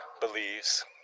believes